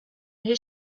his